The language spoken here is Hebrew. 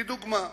לדוגמה,